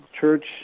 church